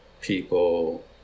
people